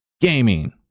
gaming